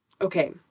okay